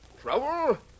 Trouble